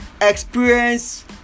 experience